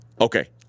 Okay